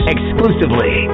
Exclusively